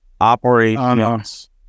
operations